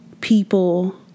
people